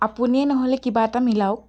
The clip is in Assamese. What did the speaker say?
আপুনিয়ে নহ'লে কিবা এটা মিলাওক